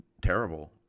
terrible